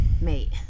mate